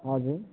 हजुर